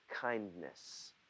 kindness